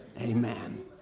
amen